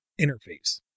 interface